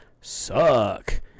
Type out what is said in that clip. suck